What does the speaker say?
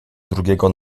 drugiego